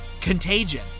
Contagion